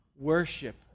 worship